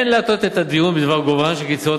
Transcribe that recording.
אין להטות את הדיון בדבר גובהן של קצבאות